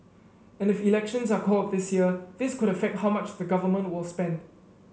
and if elections are called this year this could affect how much the Government will spend